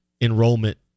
enrollment